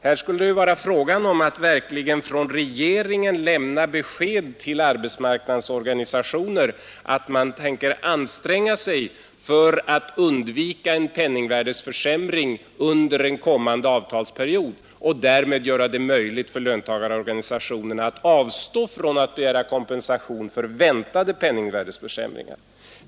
Här skulle det vara fråga om att regeringen lämnar besked till arbetsmarknadens organisationer att man tänker anstränga sig för att undvika en penningvärdeförsämring under en kommande avtalsperiod och därmed göra det möjligt för löntagarorganisationerna att avstå från att begära kompensation för väntade penningvärdeförsämringar.